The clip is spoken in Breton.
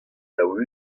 daou